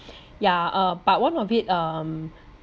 ya uh but one of it um